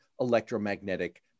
electromagnetic